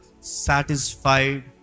satisfied